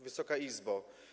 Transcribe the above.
Wysoka Izbo!